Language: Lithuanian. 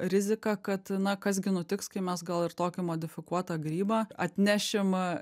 rizika kad na kas gi nutiks kai mes gal ir tokį modifikuotą grybą atnešim